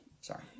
Sorry